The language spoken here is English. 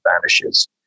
vanishes